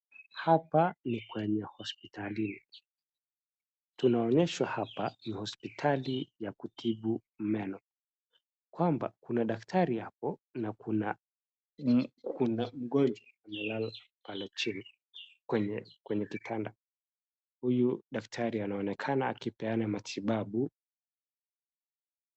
Hapa ni kwenye hospitalini, tunaonyeshwa hapa ni hospitali ya kutibu meno kwamba kuna daktari hapo na kuna mgonjwa amelala pale chini kwenye kitanda. Huyu daktari anaonekana akipeana matibabu.